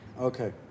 Okay